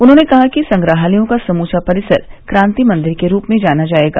उन्होंने कहा कि संग्रहालयों का समूचा परिसर क्राति मंदिर के रूप में जाना जाएगा